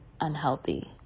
unhealthy